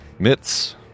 Mitz